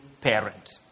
parent